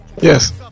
Yes